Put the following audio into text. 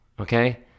okay